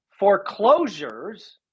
foreclosures